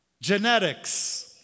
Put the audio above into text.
genetics